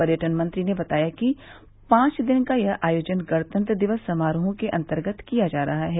पर्यटन मंत्री ने बताया कि पांच दिन का यह आयोजन गणतंत्र दिवस समारोहों के अंतर्गत किया जा रहा है